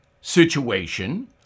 situation